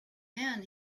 then